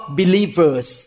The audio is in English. believers